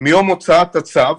מיום הוצאת הצו,